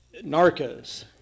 Narcos